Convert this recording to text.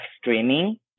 streaming